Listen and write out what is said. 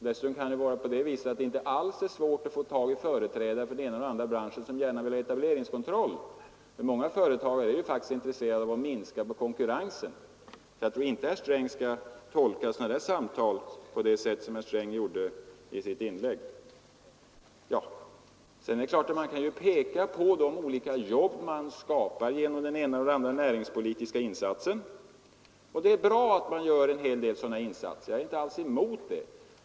Dessutom kan det vara på det viset att det inte alls är svårt att få tag i företrädare för den ena eller andra branschen som gärna vill ha etableringskontroll. Många företagare är ju faktiskt intresserade av att minska på konkurrensen. Jag tror inte att herr Sträng skall tolka sådana där samtal på det sätt som herr Sträng gjorde i sitt inlägg. Sedan är det klart att man kan peka på de olika jobb man skapar genom den ena eller andra näringspolitiska insatsen. Och det är bra att man gör en hel del sådana här insatser — jag är inte alls emot det.